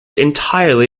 entirely